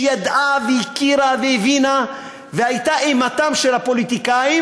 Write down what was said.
שידעה והכירה והבינה והייתה אימתם של הפוליטיקאים,